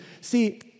See